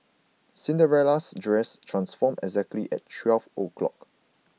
Cinderella's dress transformed exactly at twelve o'clock